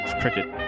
cricket